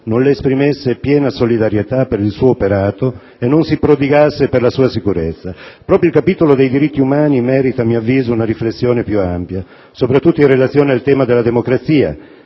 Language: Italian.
non le esprimesse piena solidarietà per il suo operato e non si prodigasse per la sua sicurezza. Proprio il capitolo dei diritti umani merita, a mio avviso, una riflessione più ampia, soprattutto in relazione al tema della democrazia,